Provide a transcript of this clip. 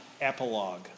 epilogue